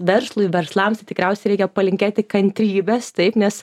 verslui verslams tai tikriausia reikia palinkėti kantrybės taip nes